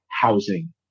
housing